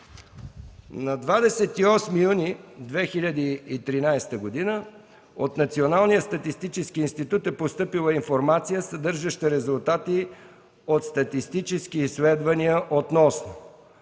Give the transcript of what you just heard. На 28 юни 2013 г. от Националния статистически институт е постъпила информация, съдържаща резултати от статистически изследвания относно: